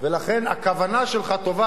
לכן, הכוונה שלך טובה,